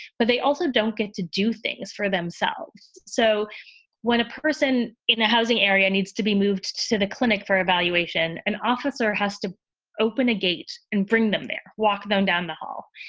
but they also don't get to do things for themselves. so when a person in a housing area needs to be moved to the clinic for evaluation, an officer has to open a gate and bring them there, walk them down the hall.